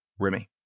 Remy